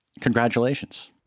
congratulations